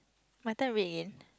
my time read again